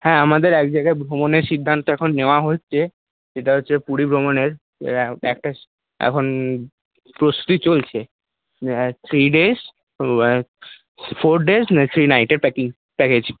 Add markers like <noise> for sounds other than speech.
হ্যাঁ আমাদের এক জায়গায় ভ্রমণেরর সিদ্ধান্ত এখন নেওয়া হচ্ছে সেটা হচ্ছে পুরী ভ্রমণের <unintelligible> একটা এখন প্রস্তুতি চলছে <unintelligible> three days <unintelligible> four days three নাইটের প্যাকিং প্যাকেজ